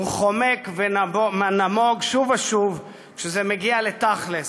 והוא חומק ונמוג שוב ושוב כשזה מגיע לתכל'ס.